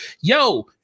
Yo